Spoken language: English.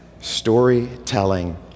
storytelling